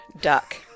duck